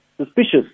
suspicious